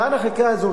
כאן החקיקה הזאת,